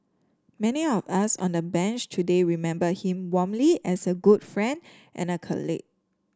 many of us on the Bench today remember him warmly as a good friend and a colleague